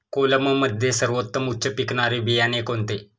कोलममध्ये सर्वोत्तम उच्च पिकणारे बियाणे कोणते?